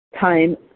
time